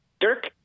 Dirk